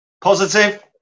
Positive